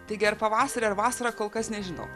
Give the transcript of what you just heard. taigi ar pavasarį ar vasarą kol kas nežinau